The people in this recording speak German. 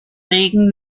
regen